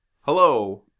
Hello